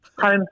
Home